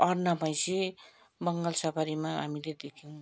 अर्ना भैँसी बङ्गाल सफारीमा हामीले देख्यौँ